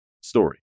story